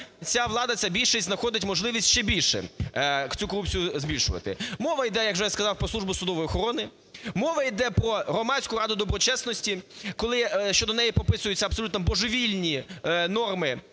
ця влада, ця більшість находить можливість ще більше цю корупцію збільшувати. Мова йде, як вже я сказав, про Службу судової охорони. Мова йде про громадську раду доброчесності, коли щодо неї прописуються абсолютно божевільні норми